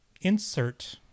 insert